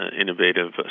innovative